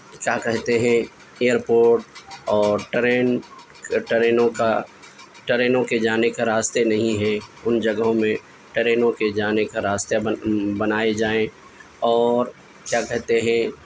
کیا کہتے ہیں ایئرپوٹ اور ٹرین ٹرینوں کا ٹرینوں کے جانے کا راستے نہیں ہیں ان جگہوں میں ٹرینوں کے جانے کا راستے بنائے جائیں اور کیا کہتے ہیں